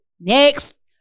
Next